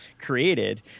created